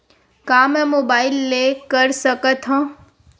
का मै मोबाइल ले कर सकत हव?